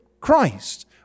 Christ